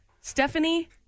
Stephanie